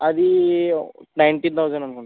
అది ninety thousand అనుకుంటాను